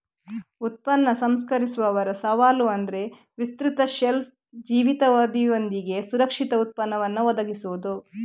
ಉತ್ಪನ್ನ ಸಂಸ್ಕರಿಸುವವರ ಸವಾಲು ಅಂದ್ರೆ ವಿಸ್ತೃತ ಶೆಲ್ಫ್ ಜೀವಿತಾವಧಿಯೊಂದಿಗೆ ಸುರಕ್ಷಿತ ಉತ್ಪನ್ನವನ್ನ ಒದಗಿಸುದು